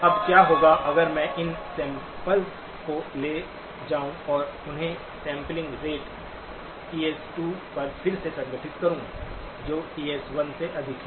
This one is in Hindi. अब क्या होगा अगर मैं इन सैम्पल्स को ले जाऊं और उन्हें सैंपलिंग रेट TS2 पर फिर से संगठित करूं जो TS1 से अधिक है